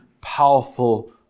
powerful